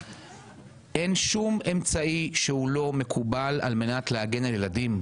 אין שום אמצעי לא מקובל על מנת להגן על ילדים,